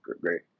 great